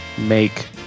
make